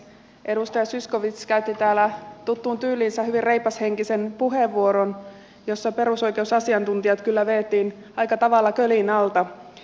edustaja zyskowicz käytti täällä tuttuun tyyliinsä hyvin reipashenkisen puheenvuoron jossa perusoikeusasiantuntijat kyllä vedettiin aika tavalla kölin alta